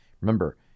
Remember